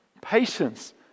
Patience